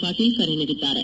ಪಾಟೀಲ್ ಕರೆ ನೀಡಿದ್ದಾರೆ